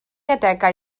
adegau